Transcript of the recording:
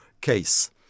case